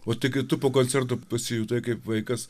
o tai kai tu po koncerto pasijutai kaip vaikas